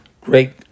great